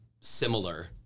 similar